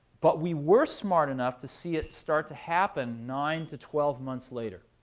but we were smart enough to see it start to happen nine to twelve months later.